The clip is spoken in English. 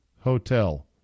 Hotel